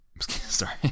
Sorry